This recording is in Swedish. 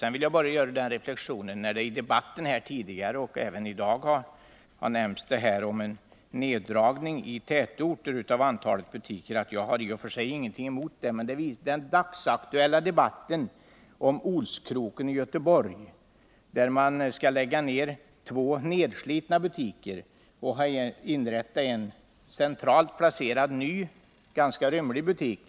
Sedan vill jag göra en reflexion i anslutning till att det i den tidigare debatten och även i dag har talats om en neddragning av antalet butiker i tätorter. Jag har i och för sig ingenting emot det, men jag tänker på den dagsaktuella debatten om Olskroken i Göteborg, där man skall lägga ner två nedslitna butiker och i stället inrätta en ny, centralt placerad och ganska rymlig butik.